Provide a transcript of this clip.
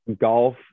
golf